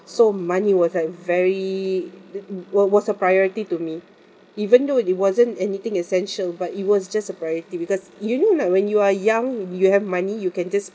so money was like very was was a priority to me even though it wasn't anything essential but it was just a priority because you know like when you are young you have money you can just